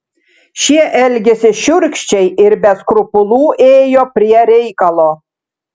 šie elgėsi šiurkščiai ir be skrupulų ėjo prie reikalo